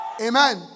Amen